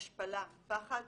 השפלה, פחד,